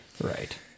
Right